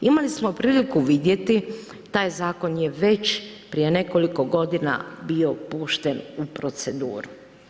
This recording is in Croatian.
Imali smo priliku vidjeti, taj zakon je već prije nekoliko godina bio pušten u proceduru.